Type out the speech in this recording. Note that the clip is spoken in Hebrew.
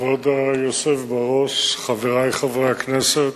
כבוד היושב בראש, חברי חברי הכנסת,